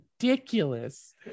ridiculous